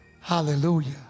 Hallelujah